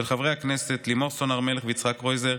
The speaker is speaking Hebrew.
של חברי הכנסת לימור סון הר מלך ויצחק קרויזר,